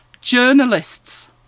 journalists